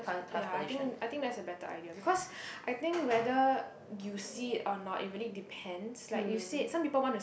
that's ya I think I think that's a better idea because I think whether you see it or not it really depends like you said some people want to